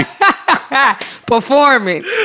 performing